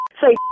Say